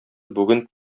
бүген